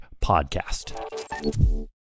podcast